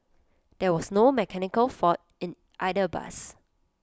there was no mechanical fault in either bus